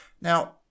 Now